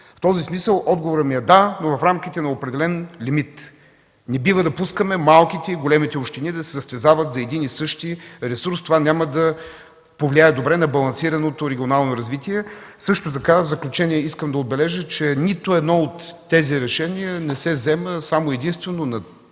В този смисъл отговорът ми е: да, но в рамките на определен лимит. Не бива да пускаме малките и големите общини да се състезават за един и същи ресурс. Това няма да повлияе добре на балансираното регионално развитие. В заключение искам да отбележа, че нито едно от тези решения не се взема само и единствено на